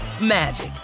magic